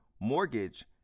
mortgage